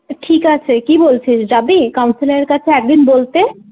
ঠিক আছে কি বলছিস যাবি কাউন্সিলারের কাছে একদিন বলতে